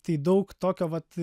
tai daug tokio vat